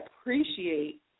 appreciate